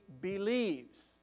believes